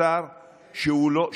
למשטר שהוא לא,